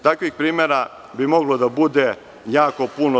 Takvih primera bi moglo da bude jako puno.